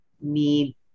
need